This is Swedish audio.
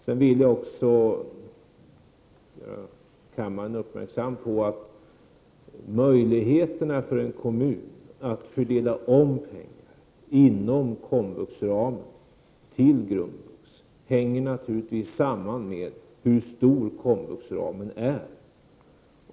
Jag vill också göra kammaren uppmärksam på att möjligheterna för en kommun att omfördela pengar inom komvuxramen till grundvux naturligtvis hänger samman med hur stor komvuxramen är.